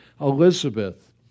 Elizabeth